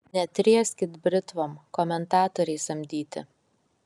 netrieskit britvom komentatoriai samdyti